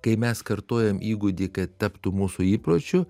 kai mes kartojam įgūdį kad taptų mūsų įpročiu